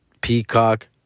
Peacock